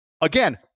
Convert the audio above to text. again